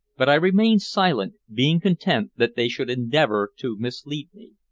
but i remained silent, being content that they should endeavor to mislead me.